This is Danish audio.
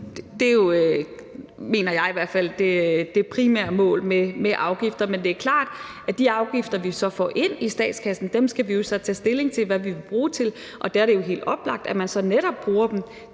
Det er jo, mener jeg i hvert fald, det primære mål med afgifter. Men det er klart, at de afgifter, vi så får ind i statskassen, skal vi jo tage stilling til hvad vi vil bruge til, og der er det jo helt oplagt, at man så netop bruger dem